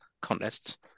contests